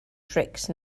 tricks